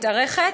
מתארכת.